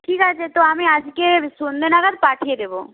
ঠিক আছে তো আমি আজকের সন্ধ্যে নাগাদ পাঠিয়ে দেবো